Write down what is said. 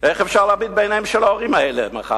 איך אפשר להביט בעיניהם של ההורים האלה מחר?